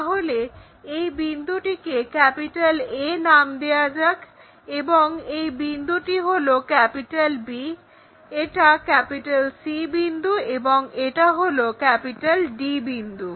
তাহলে এই বিন্দুটিকে A নাম দেওয়া যাক এবং এই বিন্দুটি হলো B এটা C বিন্দু এবং এটা হলো D বিন্দু